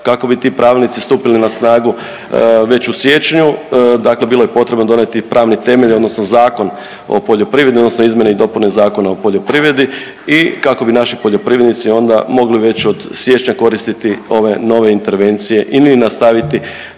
kako bi ti pravilnici stupili na snagu već u siječnju, dakle bilo je potrebno donijeti pravni temelj odnosno Zakon o poljoprivredi odnosno izmjene i dopune Zakona o poljoprivredi i kako bi naši poljoprivrednici onda mogli već od siječnja koristiti ove nove intervencije ili nastaviti